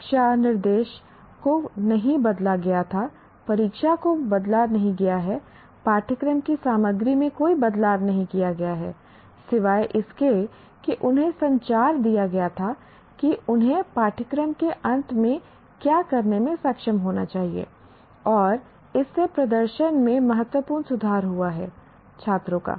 कक्षा निर्देश को नहीं बदला गया था परीक्षा को बदला नहीं गया है पाठ्यक्रम की सामग्री में कोई बदलाव नहीं किया गया है सिवाय इसके कि उन्हें संचार दिया गया था कि उन्हें पाठ्यक्रम के अंत में क्या करने में सक्षम होना चाहिए और इससे प्रदर्शन में महत्वपूर्ण सुधार हुआ है छात्रों का